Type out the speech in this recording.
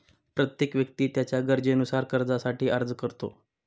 प्रत्येक व्यक्ती त्याच्या गरजेनुसार कर्जासाठी अर्ज करतो